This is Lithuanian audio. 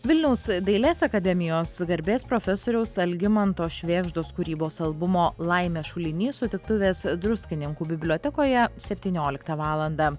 vilniaus dailės akademijos garbės profesoriaus algimanto švėgždos kūrybos albumo laimės šulinys sutiktuvės druskininkų bibliotekoje septynioliktą valandą